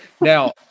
Now